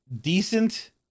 Decent